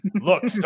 look